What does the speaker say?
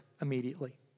immediately